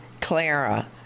Clara